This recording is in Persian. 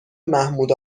محمود